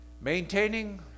Maintaining